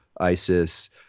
ISIS